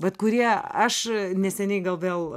vat kurie aš neseniai gal vėl